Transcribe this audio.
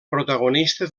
protagonista